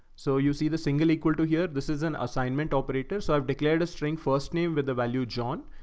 so you see the single equal to here. this is an assignment operator. so i've declared a string first name with the value, john.